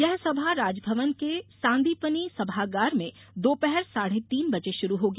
यह सभा राजभवन के सांदीपनि सभागार में दोपहर साढ़े तीन बजे शुरू होगी